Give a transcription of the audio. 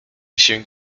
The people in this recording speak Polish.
się